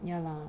ya lah